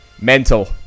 Mental